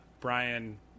Brian